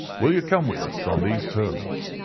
will you come with us on these terms?